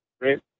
right